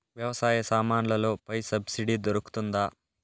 వ్యవసాయ సామాన్లలో పై సబ్సిడి దొరుకుతుందా?